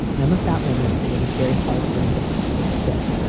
i'm a fat woman and it is very hard for me to find clothes that fit.